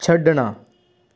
ਛੱਡਣਾ